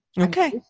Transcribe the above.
Okay